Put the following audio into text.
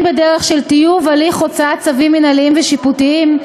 הן בדרך של טיוב הליך הוצאת צווים מינהליים ושיפוטיים,